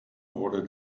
wurde